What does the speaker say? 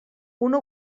una